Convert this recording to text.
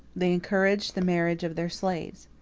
they encouraged the marriage of their slaves.